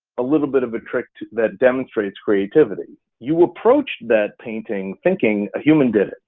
a little bit of a trick that demonstrates creativity. you approached that painting thinking a human did,